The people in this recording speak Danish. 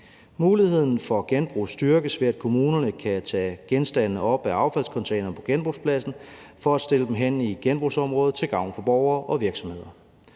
muligheden for genbrug styrkes, ved at kommunerne kan tage genstandene op af affaldscontaineren på genbrugspladsen for at stille dem hen i genbrugsområdet til gavn for borgere og virksomheder,